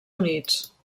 units